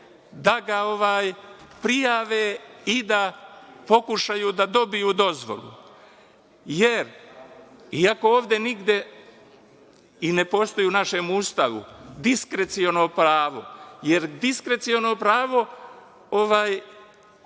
da ga prijave i da pokušaju da dobiju dozvolu, jer iako ovde nigde, i ne postoji u našem Ustavu diskreciono pravo, jer diskreciono pravo stavlja